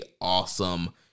Awesome